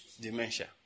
Dementia